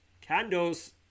Candles